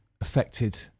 affected